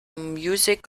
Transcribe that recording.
music